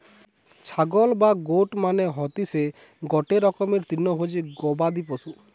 ছাগল বা গোট মানে হতিসে গটে রকমের তৃণভোজী গবাদি পশু